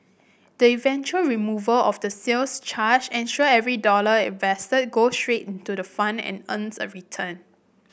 the eventual removal of the sales charge ensure every dollar invested goes straight into the fund and earns a return